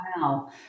wow